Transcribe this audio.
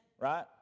Right